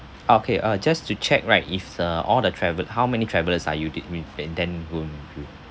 okay uh just to check right is uh all the travel how many travellers are you did with and then going to